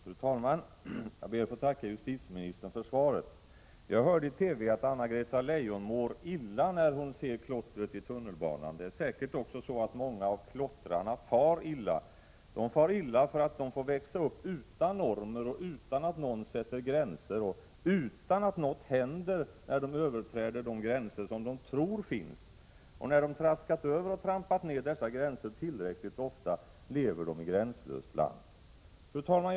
Fru talman! Jag ber att få tacka justitieministern för svaret. Jag hörde i TV att Anna-Greta Leijon mår illa när hon ser klottret i tunnelbanan. Det är säkerligen också så att många av klottrarna far illa. De far illa för att de får växa upp utan normer, utan att någon sätter gränser och utan att något händer när de överträder de gränser som de tror finns, och när de traskat över och trampat ner dessa gränser tillräckligt ofta lever de i gränslöst land. Fru talman!